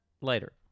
Later